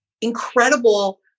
incredible